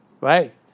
right